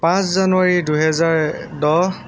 পাঁচ জানুৱাৰী দুহেজাৰ দহ